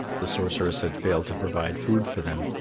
the sorceress had failed to provide food for them,